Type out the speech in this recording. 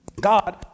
God